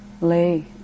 lay